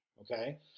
Okay